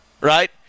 right